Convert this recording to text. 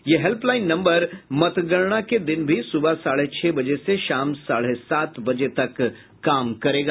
यह helpline number मतगणना के दिन भी सुबह साढ़े छह बजे से शाम साढ़े सात बजे तक काम करेगा